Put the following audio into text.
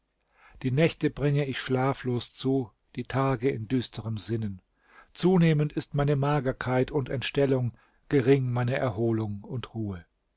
die nächte bring ich schlaflos zu die tage in düsterem sinnen zunehmend ist meine magerkeit und entstellung gering meine erholung und ruhe